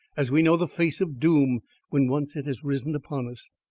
as we know the face of doom when once it has risen upon us.